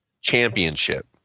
championship